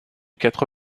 quatre